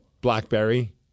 Blackberry